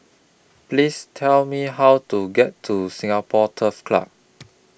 Please Tell Me How to get to Singapore Turf Club